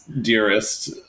dearest